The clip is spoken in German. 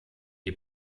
die